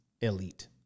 elite